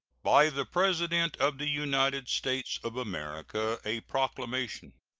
by the president of the united states of america. a proclamation.